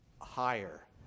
higher